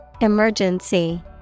Emergency